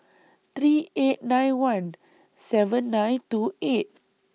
three eight nine one seven nine two eight